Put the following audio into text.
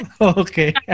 Okay